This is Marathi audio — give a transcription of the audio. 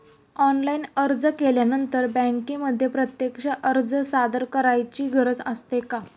ऑनलाइन अर्ज केल्यानंतर बँकेमध्ये प्रत्यक्ष अर्ज सादर करायची गरज असते का?